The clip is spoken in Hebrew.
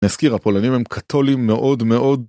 נזכיר הפולנים הם קתולים מאוד מאוד.